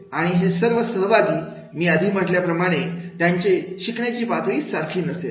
आणि हे सर्व सहभागी मी आधी म्हटल्याप्रमाणे त्यांची शिकण्याची पातळी सारखी नसते